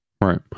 Right